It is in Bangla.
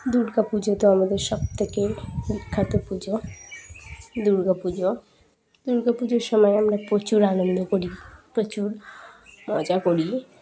দুর্গা পুজো তো আমাদের সবথেকে বিখ্যাত পুজো দুর্গা পুজো দুর্গা পুজোর সময় আমরা প্রচুর আনন্দ করি প্রচুর মজা করি